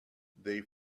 they